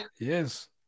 Yes